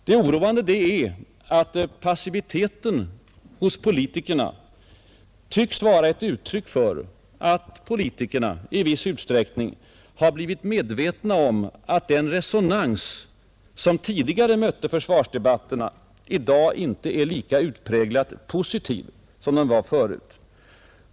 Det oroande är att passiviteten hos politikerna tycks vara ett uttryck för att de i viss utsträckning har blivit medvetna om att den resonans som möter försvarsdebatterna i dag inte är lika utpräglat positiv som den var tidigare.